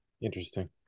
Interesting